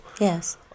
Yes